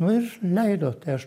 nu ir leido tai aš